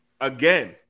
Again